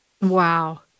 Wow